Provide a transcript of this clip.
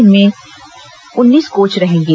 इसमें उन्नीस कोच रहेंगे